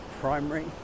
primary